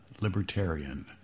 Libertarian